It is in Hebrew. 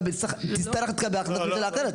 תצטרך להתקבל החלטת ממשלה אחרת.